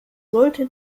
sollte